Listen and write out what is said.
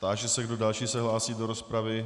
Táži se, kdo další se hlásí do rozpravy.